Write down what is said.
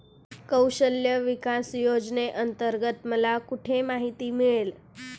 कौशल्य विकास योजनेअंतर्गत मला कुठे माहिती मिळेल?